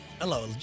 Hello